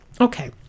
Okay